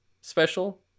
special